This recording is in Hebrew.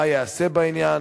3. מה ייעשה בעניין?